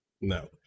No